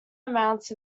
amounts